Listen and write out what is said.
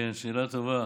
שאלה טובה.